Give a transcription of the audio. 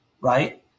right